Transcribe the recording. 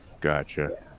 Gotcha